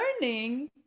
learning